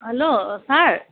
hello sir